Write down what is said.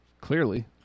clearly